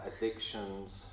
addictions